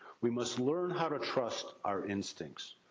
we must learn how to trust our instincts.